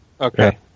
Okay